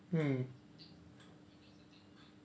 mm